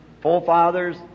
forefathers